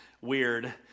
weird